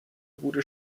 wurde